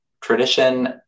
Tradition